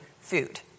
food